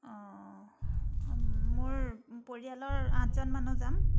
অঁ মোৰ পৰিয়ালৰ আঠজন মানুহ যাম